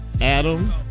Adam